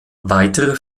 weitere